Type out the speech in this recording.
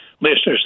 listeners